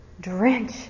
drench